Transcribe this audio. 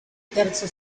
terzo